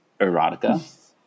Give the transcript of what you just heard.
erotica